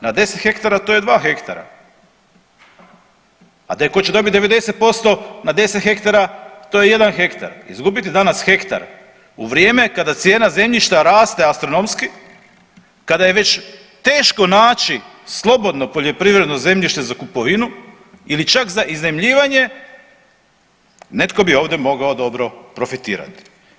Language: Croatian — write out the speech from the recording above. Na 10 hektara to je 2 hektara, a ko će dobiti 90% na 10 hektara to je jedan hektar izgubiti danas hektar kada cijena zemljišta raste astronomski, kada je već teško naći slobodno poljoprivredno zemljište za kupovinu ili čak za iznajmljivanje netko bi ovdje mogao dobro profitirati.